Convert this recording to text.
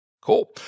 Cool